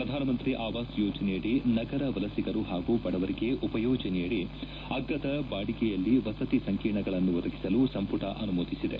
ಪ್ರಧಾನಮಂತ್ರಿ ಆವಾಸ್ ಯೋಜನೆಯಡಿ ನಗರ ವಲಸಿಗರು ಪಾಗೂ ಬಡವರಿಗೆ ಉಪಯೋಜನೆಯಡಿ ಅಗ್ಗದ ಬಾಡಿಗೆಯಲ್ಲಿ ವಸತಿ ಸಂಕೀರ್ಣಗಳನ್ನು ಒದಗಿಸಲು ಸಂಪುಟ ಅನುಮೋದಿಸಿದೆ